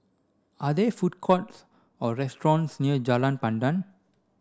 are there food courts or restaurants near Jalan Pandan